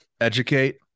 Educate